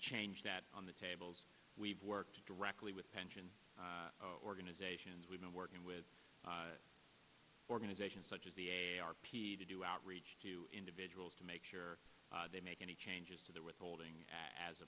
changed that on the tables we've worked directly with pension organizations we've been working with organizations such as the a a r p to do outreach to individuals to make sure they make any changes to their withholding as